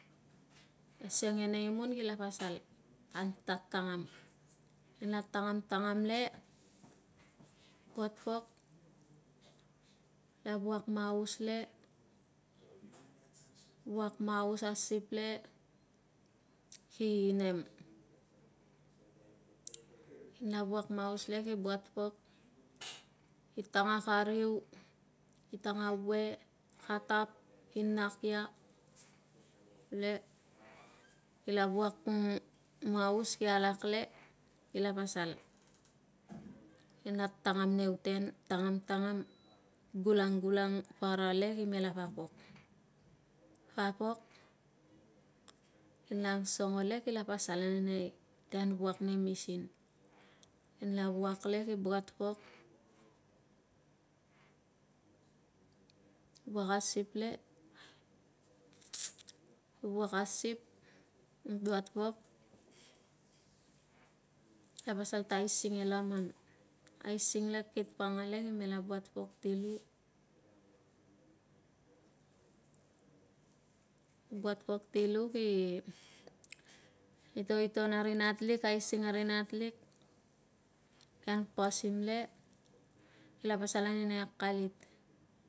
Asiang la nei imun kil pasal an talangau kinlatangantang amlu bot pok kila vuak maus le vuk maus asip le ki nem kinle vuak maus le ki buat pok kitang akariu ki tanga we kalap ki nak ya ie kila vuak ng maus ki alake kila pasal kin tangan neu tangam tangam gulang gulang parale kime lapapok papok kinla ngsongo le kime l pasal anenei tian vuak vuak nei misin kin la vuak le kila buat pok vuak asip le vuap asip buat pok kila pasal ta aising e laman asingle kit paangale kime la buat pok ti lu buat pok tilui ki itonton aari natlik aising ari ntlik kian pasim le kil pasal ane nei akalit